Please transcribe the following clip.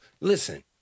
Listen